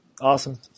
Awesome